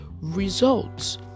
results